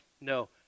No